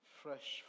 fresh